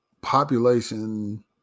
population